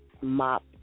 mop